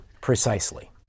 Precisely